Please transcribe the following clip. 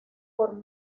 por